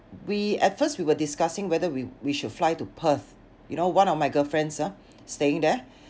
we at first we were discussing whether we we should fly to Perth you know one of my girlfriends ah staying there